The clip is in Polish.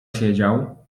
siedział